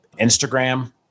Instagram